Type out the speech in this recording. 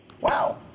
Wow